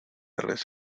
res